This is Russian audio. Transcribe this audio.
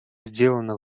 сделано